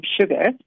sugar